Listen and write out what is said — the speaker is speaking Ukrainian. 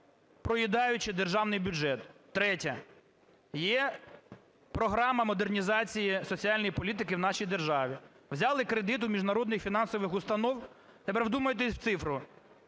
проїдаючи державний бюджет. Третє. Є програма модернізації соціальної політики в нашій державі. Взяли кредит у міжнародних фінансових установ (тепер вдумайтесь в цифру)